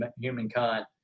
humankind